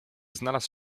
znalazł